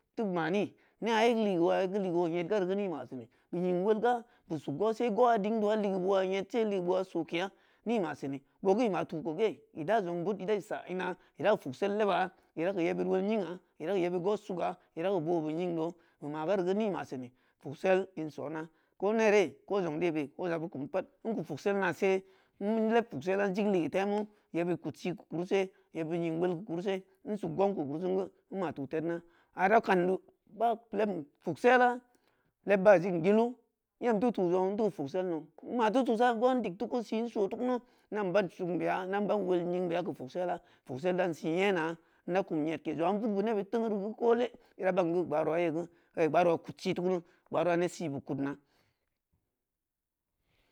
nea ye ligeu owa ligeu o yed gari ni masini nying wolga nsug gohse gohading dowa ligeu boo yedce ligeu bo’a sokeya ni maseni boo geu i ma tu koge i da jong budbeu da’i sa ina dau fugsel leba ida keu yeb beud wol nying’a ida keu yebbeud goh suga ida ka bobe nyingdo i maga n geu ni masini fugsel in sona ko nere ko jong de bi in keu fugsel nase in leb fugsela in jig ligeu temu yebeud i kud si keu kuri se-yebeud i nying wol keu kurise in sug gon keu kuri sen geu nina tu tednna ada kanda ba lebm fugsela jig yilu in em teu tu zpngo uu nteu keu fugsel nou in ma teu tusa gohn dig teu ku son so teu ku in dan ban sugn beya in dan ban wol nying beya keu fugsela fugsel dan si nyena inna kum yedke zong’a in vug beu nebud teun anu geu kole ida ban geu gbaarowa ye geu kai gbaa rowa kud si teu kunu gbaarowa ned si be kudnna